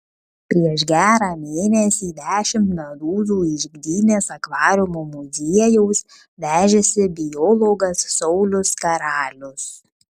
prieš gerą mėnesį dešimt medūzų iš gdynės akvariumo muziejaus vežėsi biologas saulius karalius